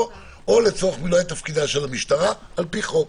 או לצורך מילוי תפקידה של המשטרה על פי חוק.